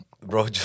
Bro